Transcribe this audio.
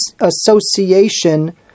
association